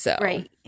Right